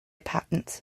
patents